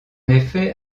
effet